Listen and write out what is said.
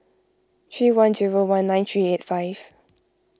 three one zero one nine three eight five